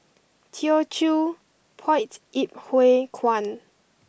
Teochew Poit Ip Huay Kuan